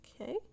Okay